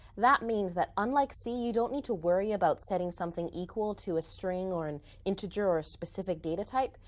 that means, that unlike c, you don't need to worry about setting something equal to a string, or an integer, or a specific data type.